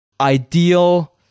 ideal